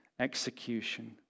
Execution